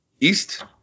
east